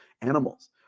animals